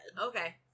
okay